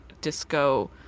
disco